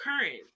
current